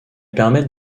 permet